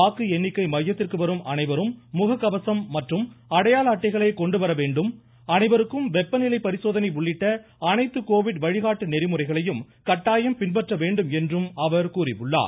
வாக்கு எண்ணிக்கை மையத்திற்கு வரும் அனைவரும் முகக்கவசம் மற்றும் அடையாள அட்டைகளை கொண்டு வர வேண்டும் அனைவருக்கும் வெப்பநிலை பரிசோதனை உள்ளிட்ட அனைத்து கோவிட் வழிகாட்டு நெறிமுறைகளும் கட்டாயம் பின்பற்றப்படும் என்று அவர் கூறியுள்ளார்